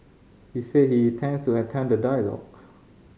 he said he intends to attend the dialogue